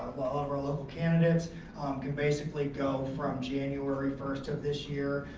of our local candidates can basically go from january first of this year,